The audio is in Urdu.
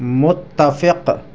متفق